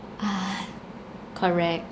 !hais! correct